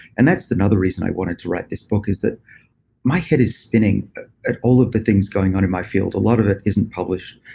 and that's another reason why i wanted to write this book is that my head is spinning at all of the things going on in my field. a lot of it isn't published.